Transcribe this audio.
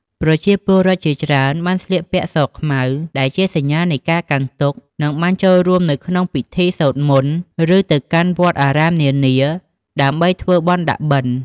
ប្រជាពលរដ្ឋជាច្រើនបានស្លៀកពាក់ស-ខ្មៅ ដែលជាសញ្ញានៃការកាន់ទុក្ខ និងបានចូលរួមនៅក្នុងពិធីសូត្រមន្ត ឬទៅកាន់វត្តអារាមនានាដើម្បីធ្វើបុណ្យដាក់បិណ្ឌ។